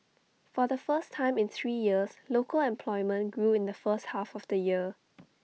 for the first time in three years local employment grew in the first half of the year